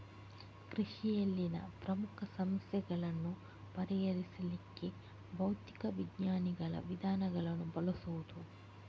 ಕೃಷಿಯಲ್ಲಿನ ಪ್ರಮುಖ ಸಮಸ್ಯೆಗಳನ್ನ ಪರಿಹರಿಸ್ಲಿಕ್ಕೆ ಭೌತಿಕ ವಿಜ್ಞಾನಗಳ ವಿಧಾನಗಳನ್ನ ಬಳಸುದು